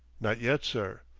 not yet, sir.